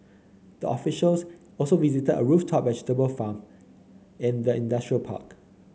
the officials also visited a rooftop vegetable farm in the industrial park